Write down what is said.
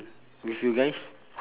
with you guys